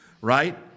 right